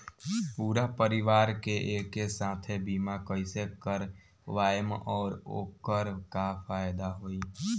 पूरा परिवार के एके साथे बीमा कईसे करवाएम और ओकर का फायदा होई?